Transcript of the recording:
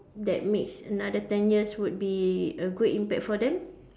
that makes another ten years would be a great impact for them